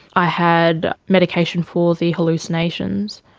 i had medication for the hallucinations.